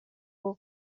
bwo